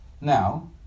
Now